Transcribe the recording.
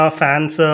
fans